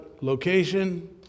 Location